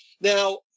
Now